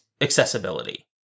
accessibility